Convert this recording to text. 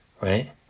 right